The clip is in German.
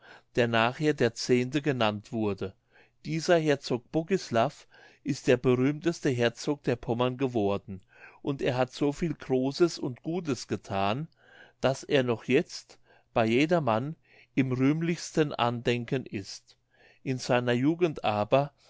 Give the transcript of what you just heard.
der nachher der zehnte genannt wurde dieser herzog bogislav ist der berühmteste herzog der pommern geworden und er hat so viel großes und gutes gethan daß er noch jetzt bei jedermann im rühmlichsten andenken ist in seiner jugend aber